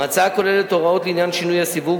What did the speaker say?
ההצעה כוללת הוראות לעניין שינוי הסיווג,